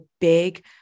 big